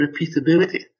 repeatability